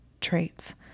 traits